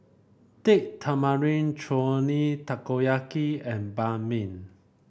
Date Tamarind Chutney Takoyaki and Banh Mi